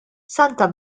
santa